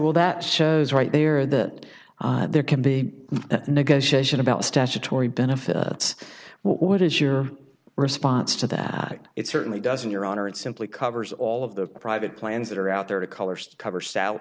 well that shows right there that there can be negotiation about statutory benefits what is your response to that it certainly doesn't your honor it simply covers all of the private plans that are out there to colors to cover s